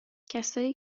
کسایی